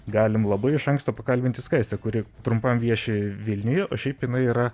galim labai iš anksto pakalbinti skaistę kuri trumpam vieši vilniuje o šiaip jinai yra